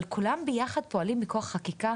אבל כולם ביחד פועלים מכוח חקיקה,